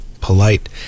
polite